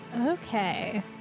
Okay